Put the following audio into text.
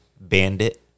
Bandit